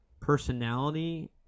personality